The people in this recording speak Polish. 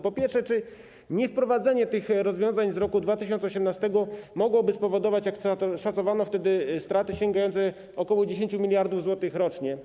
Po pierwsze: Czy niewprowadzenie tych rozwiązań z roku 2018 mogłoby spowodować, jak szacowano wtedy straty sięgające ok. 10 mld zł rocznie?